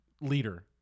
leader